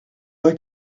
like